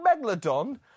Megalodon